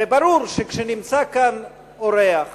וברור שכשנמצא כאן אורח